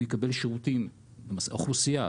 האוכלוסיה,